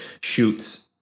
shoots